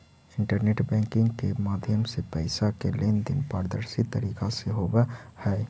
internet banking के माध्यम से पैइसा के लेन देन पारदर्शी तरीका से होवऽ हइ